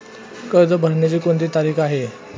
कर्ज भरण्याची कोणती तारीख आहे?